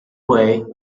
way